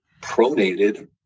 pronated